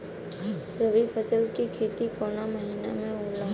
रवि फसल के खेती कवना महीना में होला?